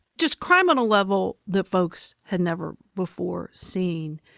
just crime on a level that folks had never before seen.